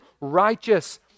righteous